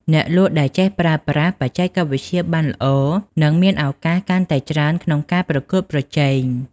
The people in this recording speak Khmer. អ្នកលក់ដែលចេះប្រើប្រាស់បច្ចេកវិទ្យាបានល្អនឹងមានឱកាសកាន់តែច្រើនក្នុងការប្រកួតប្រជែង។